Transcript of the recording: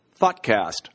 ThoughtCast